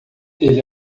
ele